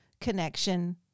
connection